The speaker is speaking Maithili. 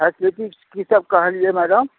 फैसलिटी की सब कहलिए मैडम